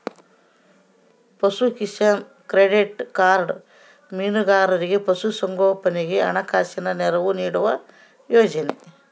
ಪಶುಕಿಸಾನ್ credit card ಮೀನುಗಾರರಿಗೆ ಪಶು ಸಂಗೋಪನೆಗೆ ಹಣಕಾಸಿನ ನೆರವು ನೀಡುವ ಯೋಜನೆ